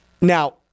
Now